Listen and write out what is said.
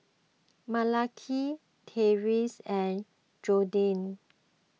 Malaki Tyrik and Jordyn